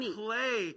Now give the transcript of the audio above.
play